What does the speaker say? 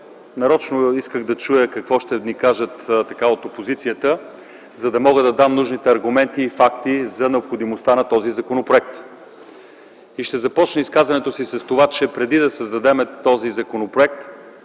нарочно исках да чуя какво ще ни кажат от опозицията, за да мога да дам нужните аргументи и факти за необходимостта от приемането на този законопроект. Ще започна изказването си с това, че преди да създадем този законопроект,